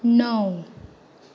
णव